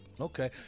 Okay